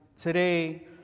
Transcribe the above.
today